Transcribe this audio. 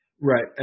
Right